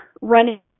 running